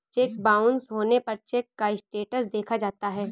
check bounce होने पर check का स्टेटस देखा जाता है